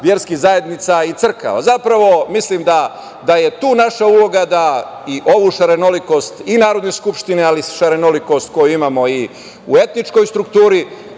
verskih zajednica i crkava. Zapravo, mislim da je tu naša uloga da i ovu šarenolikost i Narodne skupštine, ali i šarenolikost koju imamo i u etničkoj strukturi,